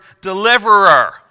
deliverer